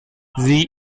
sie